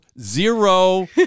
zero